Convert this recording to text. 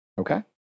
Okay